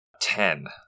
Ten